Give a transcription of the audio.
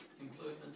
employment